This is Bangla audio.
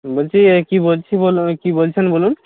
বলছি এ কী বলছি কী বলছেন বলুন